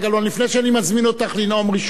לפני שאני מזמין אותך לנאום ראשונה,